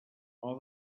all